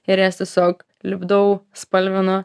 ir jas tiesiog lipdau spalvinu